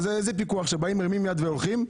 אז איזה פיקוח זה, שמרימים יד והולכים?